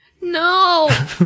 No